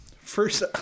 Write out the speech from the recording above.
first